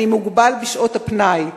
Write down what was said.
אני מוגבל בשעות הפנאי.